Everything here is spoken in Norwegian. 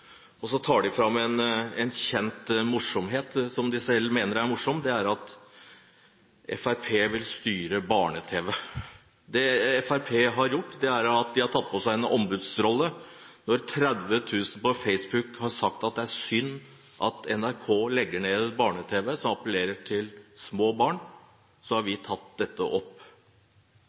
og så tar de fram en kjent morsomhet – som de selv mener er morsom – og det er at Fremskrittspartiet vil styre barne-tv. Det Fremskrittspartiet har gjort, er at man har tatt på seg en ombudsrolle. Når 30 000 på Facebook sier at det er synd at NRK legger ned et barne-tv-program som appellerer til små barn, så har vi tatt dette opp.